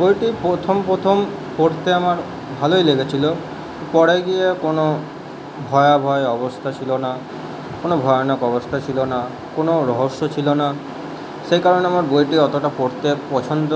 বইটি প্রথম প্রথম পড়তে আমার ভালোই লেগেছিলো পরে গিয়ে কোনো ভয়াবহ অবস্থা ছিল না কোনো ভয়ানক অবস্থা ছিলো না কোনো রহস্য ছিলো না সে কারণে আমার বইটি অতটা পড়তে পছন্দ